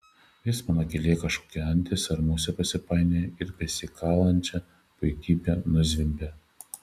vis mano kelyje kokia antis ar musė pasipainioja ir besikalančią puikybę nuzvimbia